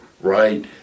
right